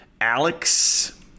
Alex